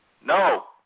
No